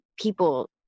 people